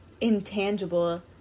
intangible